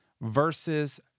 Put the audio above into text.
versus